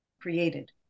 created